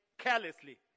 carelessly